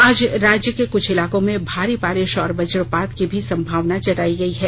आज राज्य के कुछ इलाकों में भारी बारिश और वजपात की भी संभावना जताई गई है